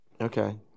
Okay